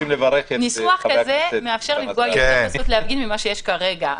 ניסוח כזה מאפשר לפגוע יותר בזכות להפגין ממה שיש כרגע.